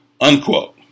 Unquote